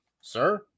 sir